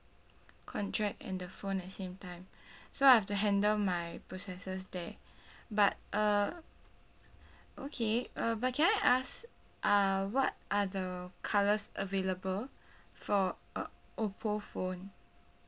contract and the phone at the same time so I have to handle my processes there but uh okay uh but can I ask uh what are the colours available for uh oppo phone